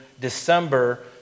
December